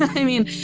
i mean,